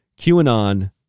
QAnon